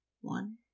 one